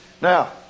Now